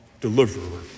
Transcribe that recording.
deliverer